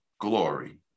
glory